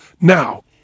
Now